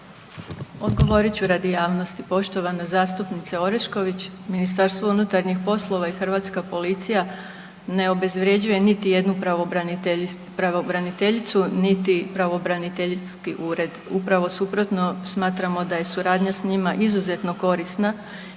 odgovorit ću radi javnosti. Poštovana zastupnice Orešković, Ministarstvo unutarnjih poslova i Hrvatska policija ne obezvređuje ni jednu pravobraniteljicu, niti pravobraniteljski ured. Upravo suprotno, smatramo da je suradnja sa njima izuzetno korisna